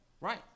Right